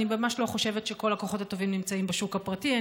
אני ממש לא חושבת שכל הכוחות הטובים נמצאים בשוק הפרטי.